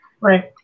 Right